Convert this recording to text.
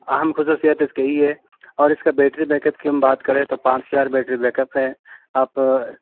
اہم خصوصیت اس کی یہی ہے اور اس کا بیٹری بیکپ کی ہم بات کریں تو پانچ ہزار بیٹری بیکپ ہے آپ